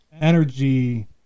energy